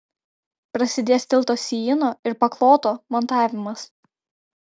prasidės tilto sijyno ir pakloto montavimas